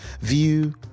view